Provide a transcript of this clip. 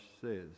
says